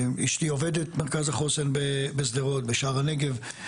אשתי עובדת מרכז חוסן בשדרות, בשער הנגב.